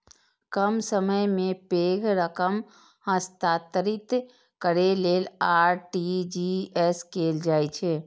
कम समय मे पैघ रकम हस्तांतरित करै लेल आर.टी.जी.एस कैल जाइ छै